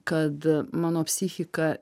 kad mano psichika